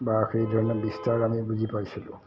বা সেই ধৰণৰ বিস্তাৰ আমি বুজি পাইছিলোঁ